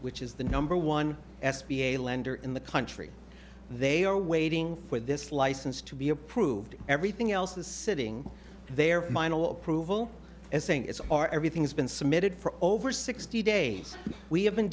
which is the number one s b a lender in the country they are waiting for this license to be approved everything else is sitting there mine a approval as saying it's our everything's been submitted for over sixty days we have been